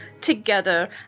together